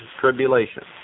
tribulation